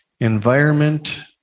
environment